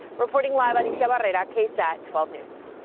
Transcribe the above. reporting live on the show about it it at ksat twelve news.